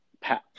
path